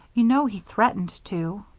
you know he threatened to.